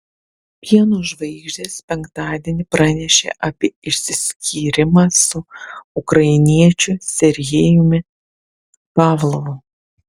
pieno žvaigždės penktadienį pranešė apie išsiskyrimą su ukrainiečiu serhijumi pavlovu